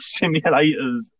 simulators